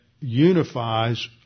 unifies